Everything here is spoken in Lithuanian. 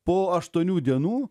po aštuonių dienų